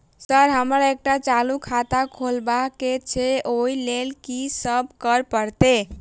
Sir हमरा एकटा चालू खाता खोलबाबह केँ छै ओई लेल की सब करऽ परतै?